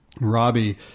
Robbie